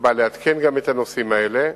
שגם בא לעדכן את הנושאים האלה.